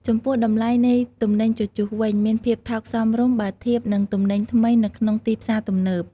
ចំពោះ តម្លៃ នៃទំនិញជជុះវិញ មានភាពថោកសមរម្យ បើធៀបនឹងទំនិញថ្មីនៅក្នុងទីផ្សារទំនើប។